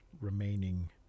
remaining